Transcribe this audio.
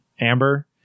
amber